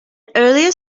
earlier